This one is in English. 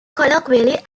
colloquially